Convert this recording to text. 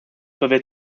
peuvent